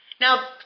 Now